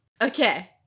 Okay